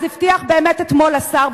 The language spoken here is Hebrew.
אז הבטיח באמת אתמול השר,